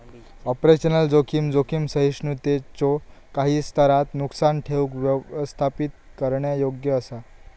operational जोखीम, जोखीम सहिष्णुतेच्यो काही स्तरांत नुकसान ठेऊक व्यवस्थापित करण्यायोग्य असा